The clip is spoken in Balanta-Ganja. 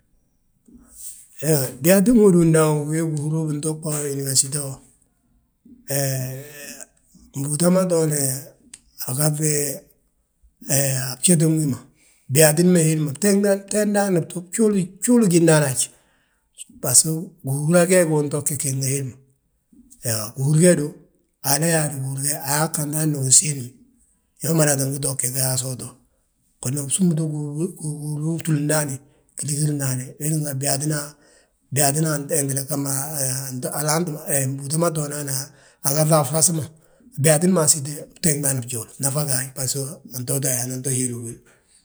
Iyoo, byaatin hódi undaŋ wii gihúr ma bintuug bo inifersite wo. mbúuta ma tooni, a gaŧi a bjetin wi ma. Byaatin hi ma hemma bteeŋi ndaani bjooli gí ndaani haj. Bbaso gi húra gee gi unto ge geni hemma, iyoo gihúri ge du, Haala gihúri ge ayaa hanganti hando ngi Siini wi, hi ma mada wi to ge ga, ayaa so uto. bsúmbuuti gihúri habtuli ndaani gi lígiri ndaani, we tínga byaatina hentele mbúuta tooni hana agaŧi a frasa ma. Byaatini maa ssiti teeŋi ndaani nafa gaaj basgo, antoote ato hiili wil.